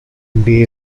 they